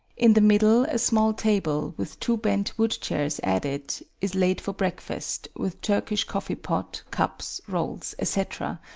in the middle a small table, with two bent wood chairs at it, is laid for breakfast with turkish coffee pot, cups, rolls, etc.